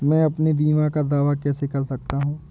मैं अपने बीमा का दावा कैसे कर सकता हूँ?